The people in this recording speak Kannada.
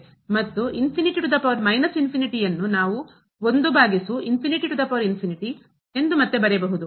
ಮತ್ತು ಯನ್ನು ನಾವು ಭಾಗಿಸು ಎಂದು ಮತ್ತೆ ಬರೆಯಬಹುದು